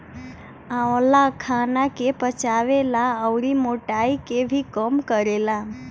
आंवला खाना के पचावे ला अउरी मोटाइ के भी कम करेला